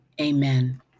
amen